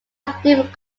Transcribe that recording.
different